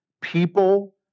People